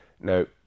Now